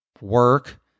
work